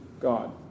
God